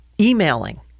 emailing